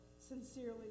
Sincerely